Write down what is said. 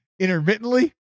Intermittently